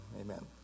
Amen